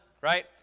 Right